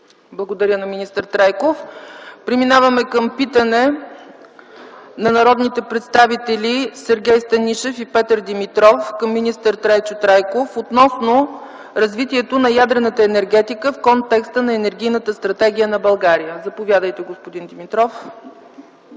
Благодаря на министър Трайков. Преминаваме към питане на народните представители Сергей Станишев и Петър Димитров към министър Трайчо Трайков относно развитието на ядрената енергетика в контекста на енергийната стратегия на България. Заповядайте, господин Димитров.